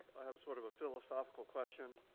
have sort of a philosophical question.